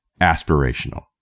aspirational